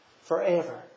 forever